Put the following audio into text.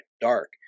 Dark